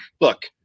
look